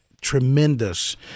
tremendous